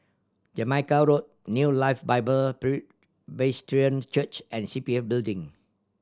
Jamaica Road New Life Bible Presbyterian Church and C P F Building